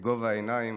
בגובה העיניים,